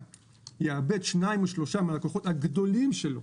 יאבד שניים או שלושה מהלקוחות הגדולים שלו